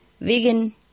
vegan